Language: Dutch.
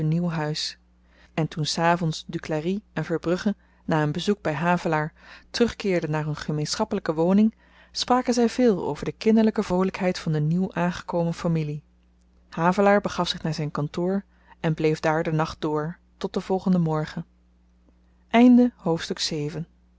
huis en toen s avends duclari en verbrugge na een bezoek by havelaar terugkeerden naar hun gemeenschappelyke woning spraken zy veel over de kinderlyke vroolykheid van de nieuw aangekomen familie havelaar begaf zich naar zyn kantoor en bleef daar den nacht door tot den volgenden morgen achtste hoofdstuk